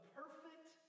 perfect